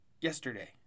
yesterday